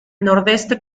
nordeste